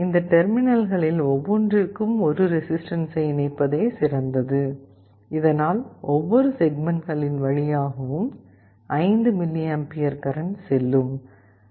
இந்த டெர்மினல்களில் ஒவ்வொன்றிற்கும் ஒரு ரெசிஸ்டன்ஸை இணைப்பதே சிறந்தது இதனால் ஒவ்வொரு செக்மெண்ட்களின் வழியாகவும் 5 மில்லியம்பியர் கரண்ட் கரண்ட் செல்லும்